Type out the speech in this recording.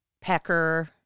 Pecker